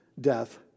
death